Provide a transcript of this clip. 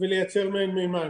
ולייצר מהם מימן.